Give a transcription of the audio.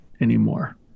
anymore